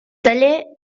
taller